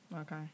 Okay